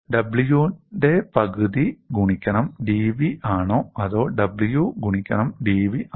W ന്റെ പകുതി ഗുണിക്കണം dv ആണോ അതോ W ഗുണിക്കണം dv ആണോ